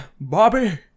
Bobby